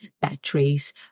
batteries